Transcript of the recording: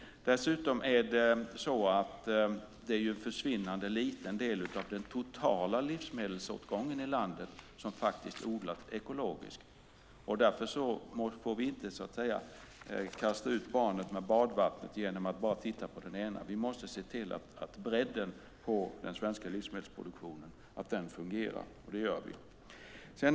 Dessutom är det en försvinnande liten del av den totala livsmedelsåtgången i landet som odlas ekologiskt, och därför får vi inte kasta ut barnet med badvattnet genom att bara titta på det ena. Vi måste se till att bredden på den svenska livsmedelsproduktionen fungerar, och det gör den.